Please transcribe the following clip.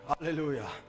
Hallelujah